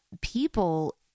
people